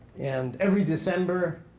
and every december,